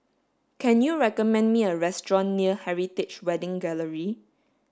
can you recommend me a restaurant near Heritage Wedding Gallery